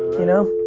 you know?